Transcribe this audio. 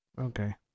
okay